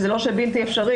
זה לא שזה בלתי אפשרי,